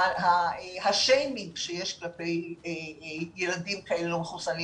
השיימינג שיש כלפי ילדים לא מחוסנים.